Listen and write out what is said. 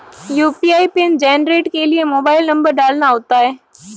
UPI PIN generate के लिए mobile number डालना होता है